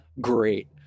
Great